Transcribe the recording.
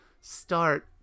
start